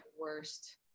worst